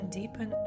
deepen